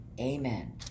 amen